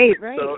right